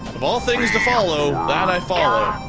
ah things to follow, that i follow